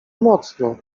mocno